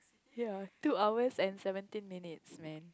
yea two hours and seventeen minutes man